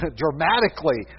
dramatically